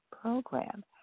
program